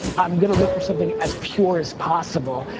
i'm gonna look for something as pure as possible,